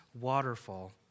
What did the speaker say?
waterfall